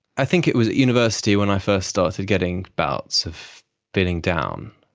i think it was at university when i first started getting bouts of feeling down.